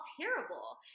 terrible